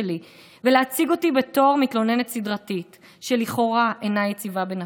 ולהציג אותי בתור מתלוננת סדרתית שלכאורה אינה יציבה בנפשה.